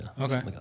Okay